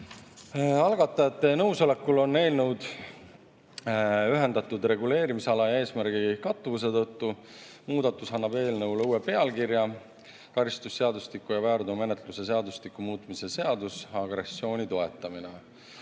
Algatajate nõusolekul on eelnõud ühendatud reguleerimisala eesmärgi kattuvuse tõttu. Muudatus annab eelnõule uue pealkirja: karistusseadustiku ja väärteomenetluse seadustiku muutmise seadus (agressiooni toetamine).